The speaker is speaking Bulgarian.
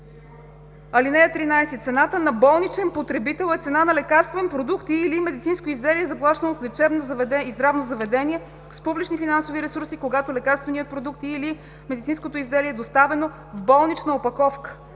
(13) Цена на „Болничен потребител е цена на лекарствен продукт и/или медицинско изделие заплащана от лечебно и здравно заведение с публични финансови ресурси, когато лекарствения продукт и/или медицинското изделие е доставено в „болнична опаковка“.